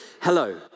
hello